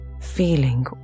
feeling